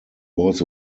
was